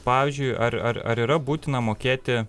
pavyzdžiui ar ar ar yra būtina mokėti